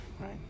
right